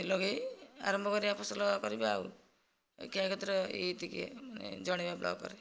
ଲଗାଇ ଆରମ୍ଭ କରିବା ଫସଲ କରିବା ଆଉ ଗତିରେ ଏତିକି ଜଣାଇବା ବ୍ଲକରେ